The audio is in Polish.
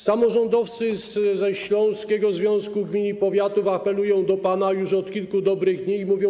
Samorządowcy ze Śląskiego Związku Gmin i Powiatów apelują do pana już od kilku dobrych dni i pytają: